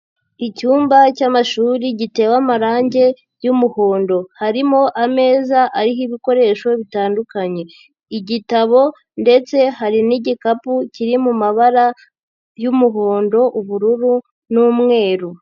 Icyumba cy'amashuri gitewe amarangi y'umuhondo, harimo ameza ariho ibikoresho bitandukanye, igitabo ndetse hari n'igikapu kiri mu mabara y'umuhondo, ubururu n'umweru.